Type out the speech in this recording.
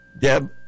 Deb